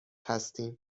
هستیم